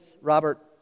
Robert